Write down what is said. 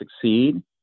succeed